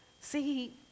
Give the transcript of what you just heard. See